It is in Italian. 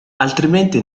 altrimenti